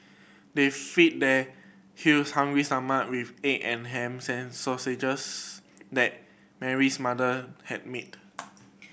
they fed their hungry stomach with egg and ham that Mary's mother had made